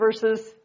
versus